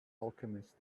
alchemist